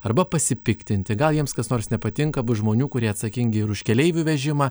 arba pasipiktinti gal jiems kas nors nepatinka bus žmonių kurie atsakingi ir už keleivių vežimą